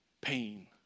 pain